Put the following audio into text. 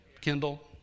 Kindle